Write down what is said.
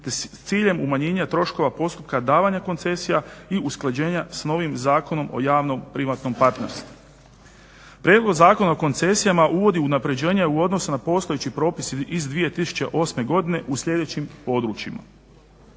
s ciljem umanjenja troškova postupka davanja koncesija i usklađenja sa novim Zakonom o javnom privatnom partnerstvu. Prijedlog zakona o koncesijama uvodi unapređenje u odnosu na postojeći propis iz 2008. godine u sljedećim područjima.